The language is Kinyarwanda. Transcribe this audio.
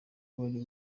wari